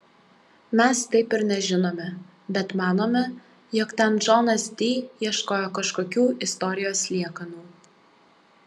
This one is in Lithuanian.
mes taip ir nežinome bet manome jog ten džonas di ieškojo kažkokių istorijos liekanų